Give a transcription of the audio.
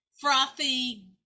frothy